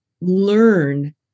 learn